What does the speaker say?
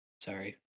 Sorry